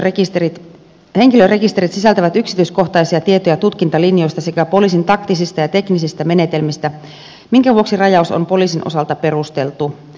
poliisin henkilörekisterit sisältävät yksityiskohtaisia tietoja tutkintalinjoista sekä poliisin taktisista ja teknisistä menetelmistä minkä vuoksi rajaus on poliisin osalta perusteltu